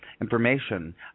information